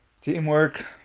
Teamwork